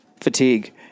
fatigue